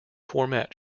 format